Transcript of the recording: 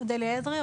אודליה אברי,